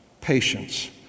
patience